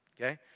Okay